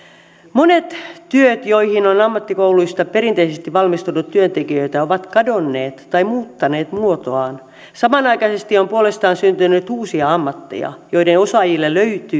monet työt joihin on ammattikouluista perinteisesti valmistunut työntekijöitä ovat kadonneet tai muuttaneet muotoaan samanaikaisesti on puolestaan syntynyt uusia ammatteja joiden osaajille löytyy kysyntää